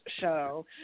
show